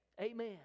Amen